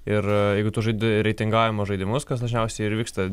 ir jeigu tu žaidi reitinguojamo žaidimus kas dažniausiai ir vyksta